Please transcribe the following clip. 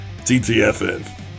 TTFN